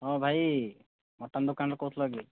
ହଁ ଭାଇ ମଟନ୍ ଦୋକାନରୁ କହୁଥିଲ କି